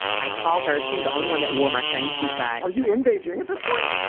i called her. she's on one that wore my same shoe size are you in beijing at this point?